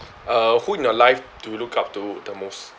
uh who in your life to look up to the most